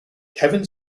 kevin